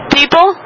people